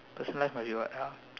personal life must be what